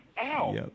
ow